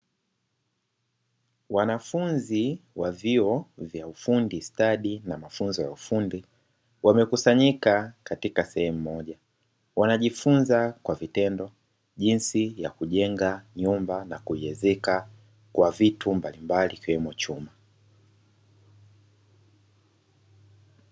Wanafunzi wa vyuo vya ufundi stadi na mafunzo ya ufundi, wamekusanyika katika sehemu moja wanajifunza kwa vitendo jinsi ya kujenga nyumba na kuiezeka kwa vitu mbalimbali ikiwemo chuma.